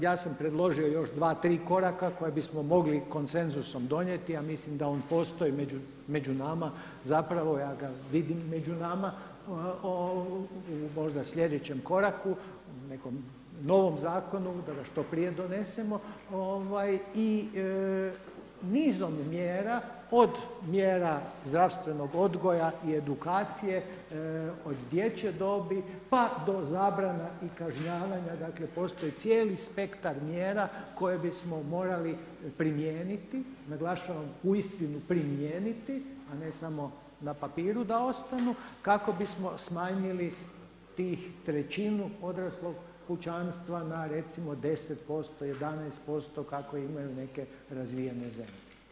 Ja sam predložio još dva, tri koraka koja bismo mogli konsenzusom donijeti a mislim da on postoji među nama, zapravo ja ga vidim među nama u možda sljedećem koraku, nekom novom zakonu da ga što prije donesemo i nizom mjera od mjera zdravstvenog odgoja i edukacije od dječje dobi pa do zabrana i kažnjavanja dakle postoji cijeli spektar mjera koje bismo morali primijeniti, naglašavam uistinu primijeniti a ne samo na papiru da ostanu kako bismo smanjili tih trećinu odraslog pučanstva na recimo 10%, 11%, kako imaju neke razvijene zemlje.